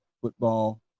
football